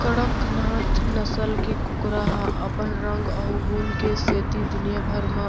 कड़कनाथ नसल के कुकरा ह अपन रंग अउ गुन के सेती दुनिया भर म